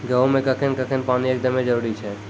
गेहूँ मे कखेन कखेन पानी एकदमें जरुरी छैय?